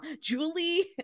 Julie